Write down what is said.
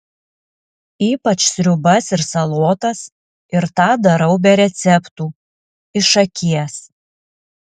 ypač sriubas ir salotas ir tą darau be receptų iš akies